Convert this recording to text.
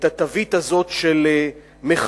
את התווית הזאת של מחבלים,